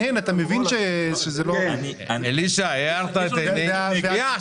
אדוני, עוד שתי הערות חשובות, אם אפשר.